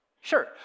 sure